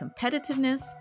competitiveness